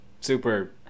super